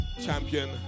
champion